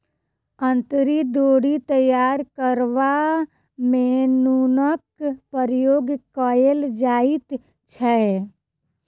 अंतरी डोरी तैयार करबा मे नूनक प्रयोग कयल जाइत छै